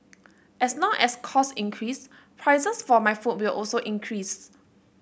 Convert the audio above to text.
as long as cost increase prices for my food will also increase